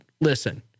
listen